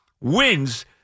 wins –